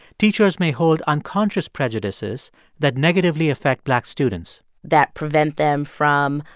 teachers may hold unconscious prejudices that negatively affect black students that prevent them from,